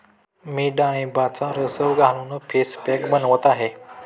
मी डाळिंबाचा रस घालून फेस पॅक बनवत आहे